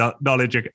knowledge